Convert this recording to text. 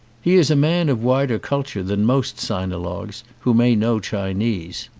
he is a man of wider culture than most sinologues, who may know chinese,